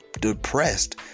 depressed